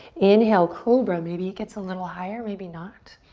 inhale, cobra, maybe it gets a little higher, maybe not.